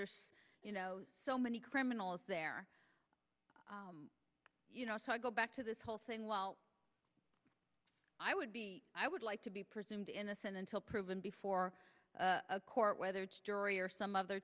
there's so many criminals there you know so i go back to this whole thing well i would be i would like to be presumed innocent until proven before a court whether it's jury or some other